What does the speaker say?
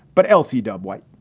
but l c dubh white.